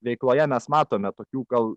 veikloje mes matome tokių gal